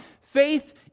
Faith